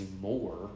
more